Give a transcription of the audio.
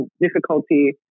difficulty